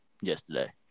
Yesterday